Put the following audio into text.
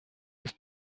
ist